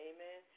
Amen